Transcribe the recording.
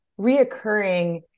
reoccurring